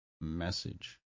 message